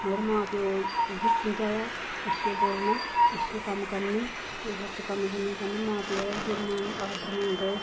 मगर मां प्यो ने इ'यै समझाया अच्छे बोलना अच्छे कम्म करने ते गलत कम्म नेईं करने मां प्यो दा आदर मान रौह्ग